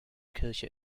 kirche